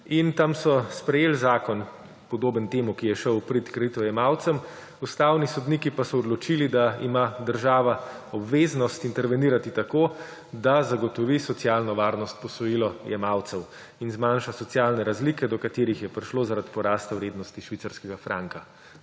Tam so sprejeli zakon, podoben temu, ki je šel v prid kreditojemalcem. Ustavni sodniki pa so odločili, da ima država obveznost intervenirati tako, da zagotovi socialno varnost posojilojemalcev in zmanjša socialne razlike, do katerih je prišlo zaradi porasta vrednosti švicarskega franka.